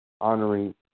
Honoring